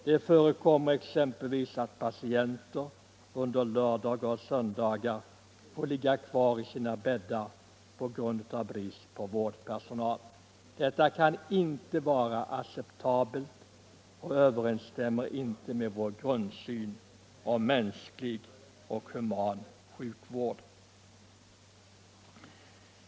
Det förekommer exempelvis att patienter under lördagar och söndagar får ligga kvar i sina bäddar av brist på vårdpersonal. Detta kan inte vara acceptabelt och överensstämmer inte med vår grundidé om en mänsklig och human sjukvård.